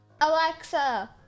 Alexa